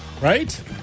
right